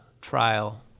trial